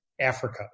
Africa